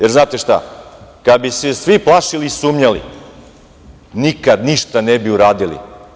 Jer, znate kada bi se svi plašili i sumnjali, nikada ništa ne bi uradili.